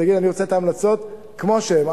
תגיד: אני רוצה את ההמלצות כמו שהן.